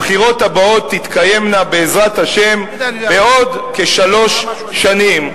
הבחירות הבאות תתקיימנה בעזרת השם בעוד כשלוש שנים,